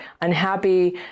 unhappy